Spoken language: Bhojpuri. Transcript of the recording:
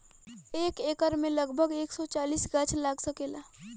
एक एकड़ में लगभग एक सौ चालीस गाछ लाग सकेला